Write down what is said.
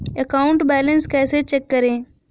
Account balance कैसे check करें?